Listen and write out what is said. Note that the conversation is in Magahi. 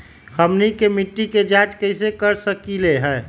हमनी के मिट्टी के जाँच कैसे कर सकीले है?